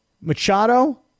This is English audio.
Machado